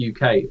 UK